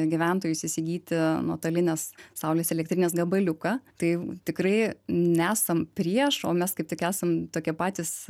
gyventojus įsigyti nuotolinės saulės elektrinės gabaliuką tai tikrai nesam prieš o mes kaip tik esame tokie patys